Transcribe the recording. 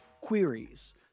queries